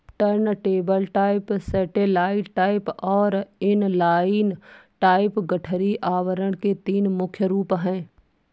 turntable type, satellite type और inline type गठरी आवरण के तीन मुख्य रूप है